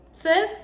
Sis